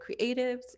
creatives